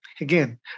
again